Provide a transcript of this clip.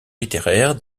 littéraire